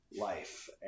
Life